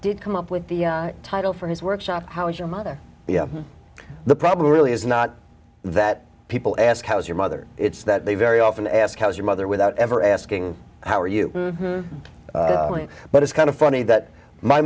did come up with the title for his workshop how is your mother you know the problem really is not that people ask how's your mother it's that they very often ask how's your mother without ever asking how are you but it's kind of funny that my